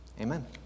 Amen